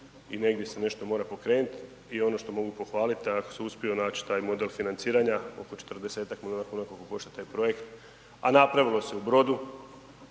i negdje se nešto mora pokrenuti i ono što mogu pohvaliti a ako se uspije nać taj model financiranja, oko 40-ak milijuna kuna koliko košta taj projekt, a napravilo se u Brodu